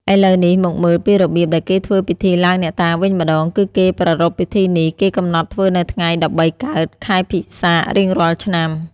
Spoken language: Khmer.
ឥឡូវនេះមកមើលពីរបៀបដែលគេធ្វើពិធីឡើងអ្នកតាវិញម្ដង គឺគេប្រារព្វពិធីនេះ គេកំណត់ធ្វើនៅថ្ងៃ ១៣ កើត ខែពិសាខរៀងរាល់ឆ្នាំ ។